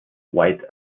white